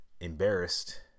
embarrassed